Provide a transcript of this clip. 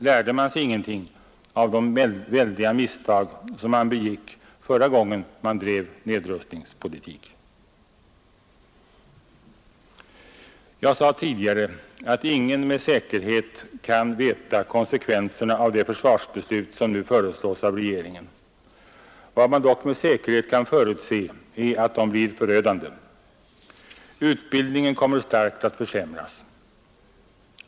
Lärde man sig ingenting av de väldiga misstag som man begick förra gången man bedrev nedrustningspolitik? Jag sade tidigare att ingen med säkerhet kan veta konsekvenserna av det försvarsbeslut som nu föreslås av regeringen. Vad man dock med säkerhet kan förutse är att de blir förödande. Utbildningen kommer att starkt försämras.